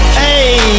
hey